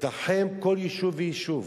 לתחם כל יישוב ויישוב.